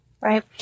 Right